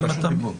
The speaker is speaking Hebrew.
רשות דיבור.